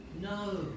No